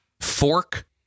fork